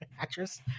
actress